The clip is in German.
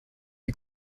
die